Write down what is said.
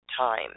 time